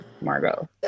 Margot